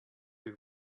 avez